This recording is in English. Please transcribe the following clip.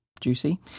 Juicy